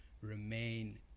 remain